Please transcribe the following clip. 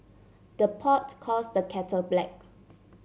the pot calls the kettle black